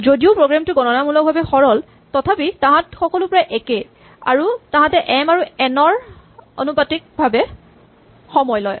যদিও প্ৰগ্ৰেমটো গণনামূলকভাৱে সৰল তথাপি তাহাঁত সকলো প্ৰায় একেই আৰু তাঁহাতে এম আৰু এন ৰ সামানুপাতিকভাৱে সময় লয়